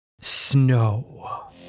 snow